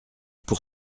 pour